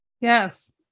Yes